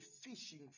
fishing